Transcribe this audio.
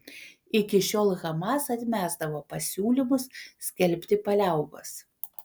iki šiol hamas atmesdavo pasiūlymus skelbti paliaubas